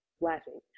laughing